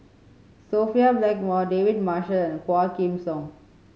Sophia Blackmore David Marshall and Quah Kim Song